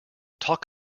talk